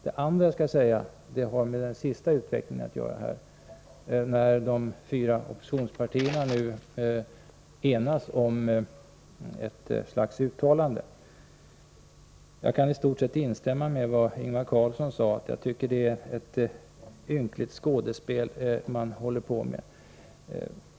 Det andra som jag skall säga har att göra med den sista vändningen i debatten, där de fyra oppositionspartierna nu enats om ett slags uttalande. Jag kan i stort sett instämma i vad Ingvar Carlsson sade — jag tycker att det är ett ynkligt skådespel som vi här får bevittna.